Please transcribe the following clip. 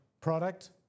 product